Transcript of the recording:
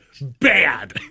Bad